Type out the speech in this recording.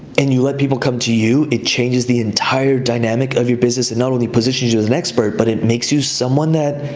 and you let people come to you, it changes the entire dynamic of your business. and not only positions you as an expert, but it makes you someone that,